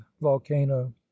volcano